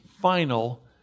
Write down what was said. final